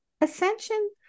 ascension